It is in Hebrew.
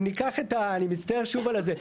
אם ניקח, אני מצטער שוב על הזה.